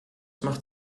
macht